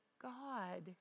God